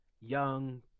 young